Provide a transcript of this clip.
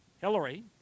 Hillary